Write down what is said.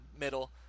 middle